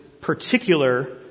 particular